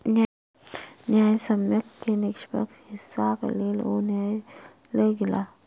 न्यायसम्य के निष्पक्ष हिस्साक लेल ओ न्यायलय गेला